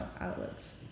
outlets